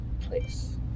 place